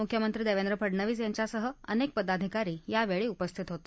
मुख्यमंत्री देवेंद्र फडनवीस यांच्यासह अनेक पदाधिकारी यावेळी उपस्थित होते